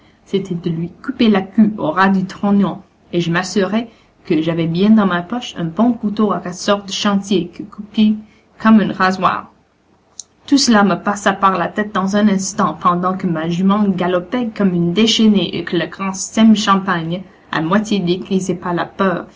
c'était de lui couper la queue au ras du trognon et je m'assurai que j'avais bien dans ma poche un bon couteau à ressort de chantier qui coupait comme un rasoir tout cela me passa par la tête dans un instant pendant que ma jument galopait comme une déchaînée et que le grand sem champagne à moitié dégrisé par la peur